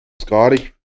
Scotty